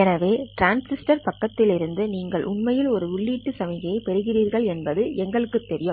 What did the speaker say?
எனவே டிரான்ஸ்மிட்டர் பக்கத்தில் இருந்து நீங்கள் உண்மையில் ஒரு உள்ளீட்டு சமிக்ஞையைப் பெறுகிறீர்கள் என்பது எங்களுக்குத் தெரியும்